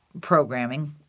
programming